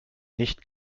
nicht